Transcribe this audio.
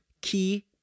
key